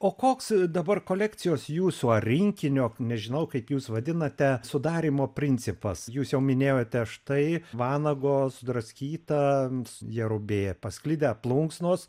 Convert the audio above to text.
o koks dabar kolekcijos jūsų ar rinkinio nežinau kaip jūs vadinate sudarymo principas jūs jau minėjote štai vanago sudraskyta jerubė pasklidę plunksnos